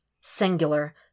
singular